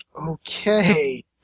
okay